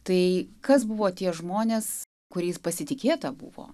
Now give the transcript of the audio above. tai kas buvo tie žmonės kuriais pasitikėta buvo